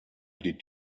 did